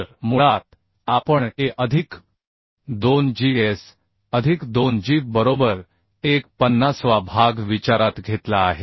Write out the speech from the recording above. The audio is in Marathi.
तर मुळात आपणA अधिक 2 gS अधिक 2 जी बरोबर एक पन्नासवा भाग विचारात घेतला आहे